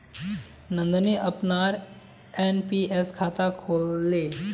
नंदनी अपनार एन.पी.एस खाता खोलले